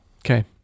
okay